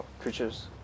creatures